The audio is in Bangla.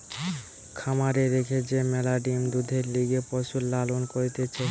খামারে রেখে যে ম্যালা ডিম্, দুধের লিগে পশুর লালন করতিছে